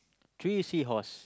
three seahorse